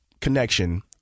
connection